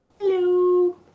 Hello